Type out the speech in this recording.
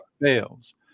fails